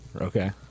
Okay